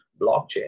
blockchain